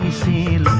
seem